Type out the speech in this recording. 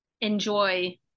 enjoy